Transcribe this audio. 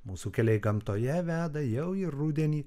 mūsų keliai gamtoje veda jau į rudenį